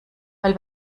weil